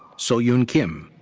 so youn kim.